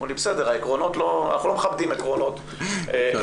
אמרו לי בסדר, אנחנו לא מכבדים עקרונות בסופר.